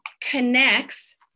connects